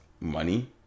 money